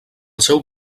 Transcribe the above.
seu